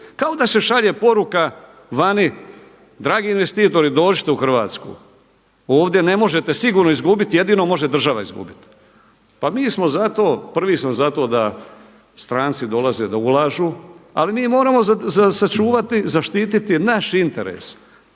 Kao da se šalje poruka vani dragi investitori dođite u Hrvatsku, ovdje ne možete sigurno izgubiti, jedino može država izgubiti. Pa mi smo za to, prvi sam za to da stranci dolaze, da ulažu ali mi moramo sačuvati, zaštititi naš interes.